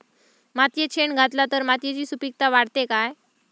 मातयेत शेण घातला तर मातयेची सुपीकता वाढते काय?